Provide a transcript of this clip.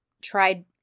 tried